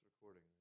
recording